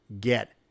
get